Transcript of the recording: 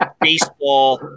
baseball